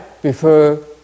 prefer